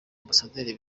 ambasaderi